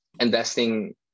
investing